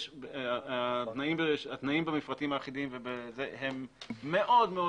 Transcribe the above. התנאים בפרטים האחידים הם מאוד מאוד